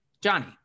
Johnny